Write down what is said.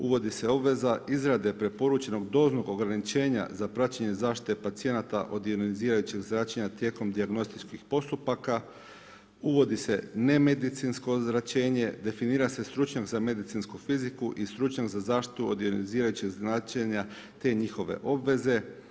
Uvodi se obveza izrade preporučenog doznog ograničenja za praćenje zaštite pacijenata od ionizirajućeg zračenja tijekom dijagnostičkih postupaka, uvodi se nemedicinsko ozračenje, definira se stručnjak za medicinsku fiziku i stručnjak za zaštitu od ionizirajućeg zračenja te njihove obveze.